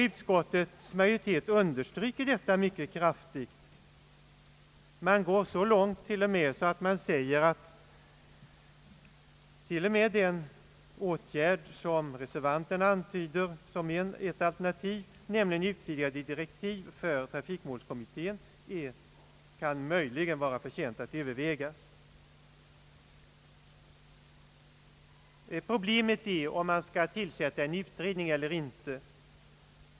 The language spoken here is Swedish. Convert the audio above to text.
Utskottets majoritet understryker detta mycket kraftigt. Man går så långt att man säger att till och med den åtgärd som reservanterna antyder som ett alternativ, nämligen utvidgade direktiv för trafikmålskommittén, möjligen kan vara förtjänt att övervägas. Problemet är om man skall tillsätta en utredning eller inte.